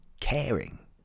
caring